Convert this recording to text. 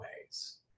ways